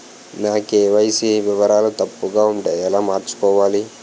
నా కే.వై.సీ వివరాలు తప్పుగా ఉంటే ఎలా మార్చుకోవాలి?